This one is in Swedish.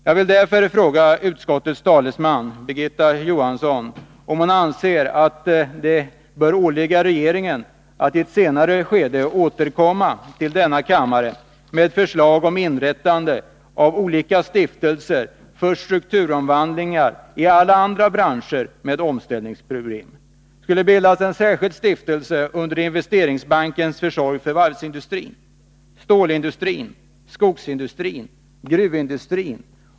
Jag vill därför fråga utskottets talesman Birgitta Johansson, om hon anser att det bör åligga regeringen att i ett senare skede återkomma till riksdagen med förslag om inrättande av stiftelser för dylika strukturomvandlingar i alla andra branscher med omställningsproblem. Skall det bildas en särskild stiftelse under Investeringsbankens försorg för varvsindustrin, stålindustrin, skogsindustrin, gruvindustrin?